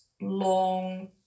long